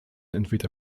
entweder